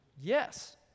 yes